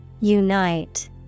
Unite